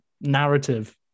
narrative